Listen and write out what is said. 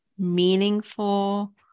meaningful